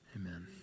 Amen